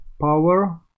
power